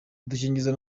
udukingirizo